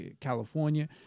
California